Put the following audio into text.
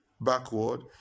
backward